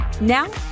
Now